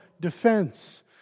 defense